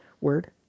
word